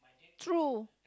true